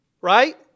Right